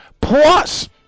Plus